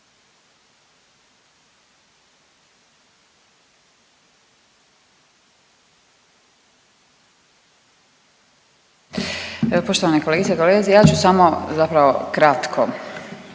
poštovane kolegice i kolege, ja ću samo zapravo kratko